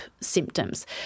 symptoms